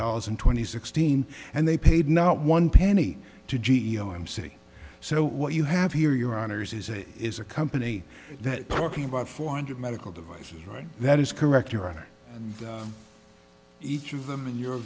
dollars and twenty sixteen and they paid not one penny to g e o m c so what you have here your honour's is a is a company that parking about four hundred medical devices right that is correct your honor each of them in your